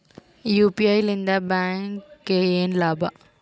UPI ಲಿಂದ ಬ್ಯಾಂಕ್ಗೆ ಏನ್ ಲಾಭ?